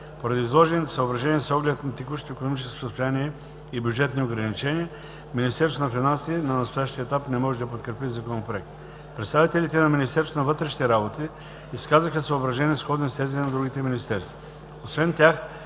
Поради изложените съображения и с оглед на текущото икономическо състояние и бюджетни ограничения Министерство на финансите на настоящия етап не може да подкрепи Законопроекта. Представителите на Министерство на вътрешните работи изказаха съображения, сходни с тези на другите министерства. Освен тях,